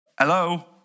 hello